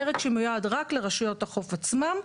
פרק שמיועד רק לרשויות החוף עצמן.